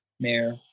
Mayor